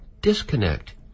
disconnect